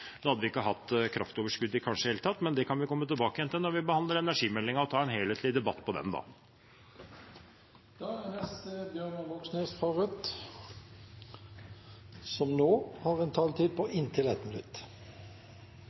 Da hadde vi kanskje ikke hatt kraftoverskudd i det hele tatt, men det kan vi komme tilbake til når vi behandler energimeldingen og ta en helhetlig debatt på den da. Representanten Bjørnar Moxnes har hatt ordet to ganger tidligere i debatten, og får ordet til en kort merknad på inntil 1 minutt.